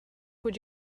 would